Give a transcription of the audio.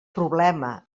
problema